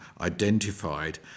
identified